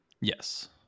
Yes